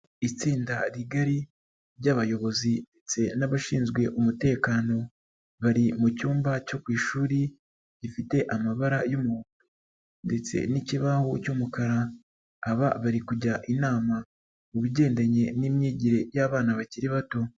Itsinda rigari ry'abayobozi n'abashinzwe umutekano bari mu cyumba cyo ku ishuri rifite amabara y'umuhondo ndetse n'ikibaho cy'umukara, aba bari kujya inama mu bigendanye n'imyigire y'abana bakiri bato.